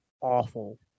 awful